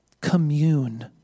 commune